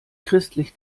christlich